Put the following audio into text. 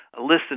listen